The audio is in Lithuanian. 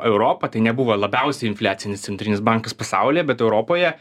europa tai nebuvo labiausiai infliacinis centrinis bankas pasaulyje bet europoje